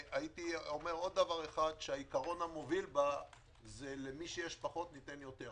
והיתרון המוביל בה זה למי שיש פחות, ניתן יותר.